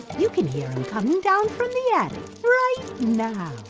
you can hear him coming down from the attic right now.